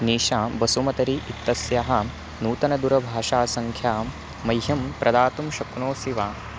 निशा बसुमतरि इत्यस्याः नूतनदूरभाषासङ्ख्यां मह्यं प्रदातुं शक्नोषि वा